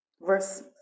verse